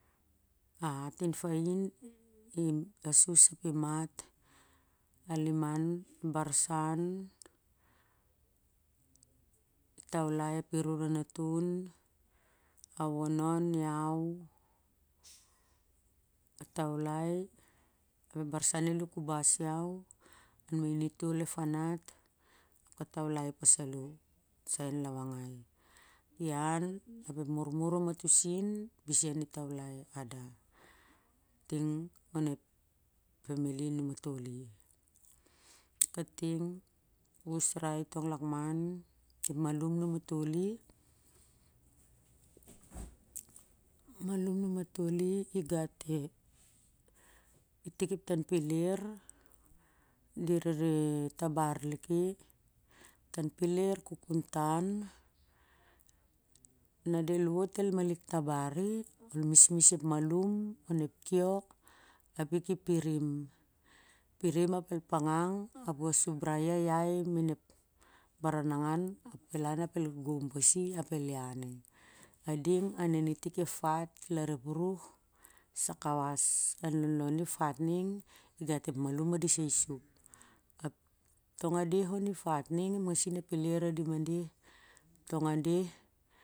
A atin fain i asus a pi mat a liman barsan i tawlai ap i ru ra na tin a wonon iau a tawlai barsan i lew kabas iaw main i tol ep fanat ap a tawlai pas salo sai ahn lavangai a ep fameli a num ma tol i kating ep usrai tong ahlak man nu matoli man nu matoli igat i tik ep tan peler de re re tabar lik i tan peler kukuntan na del wot del ma ik tabar del mis mis ep malum on ep kio ap i ki pirim ap el pangag ap ol sum rai i a lai min ep baranangan ap el lan ap el gon pasi ap el ian i a ding aren i tit ep fat lar ep ruh sa kawas an lonlon i fatning i gat ep malum a de sai sup ap tong a dei on i fat ning ep nasin ep peler a dim adeh.